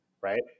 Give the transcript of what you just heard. right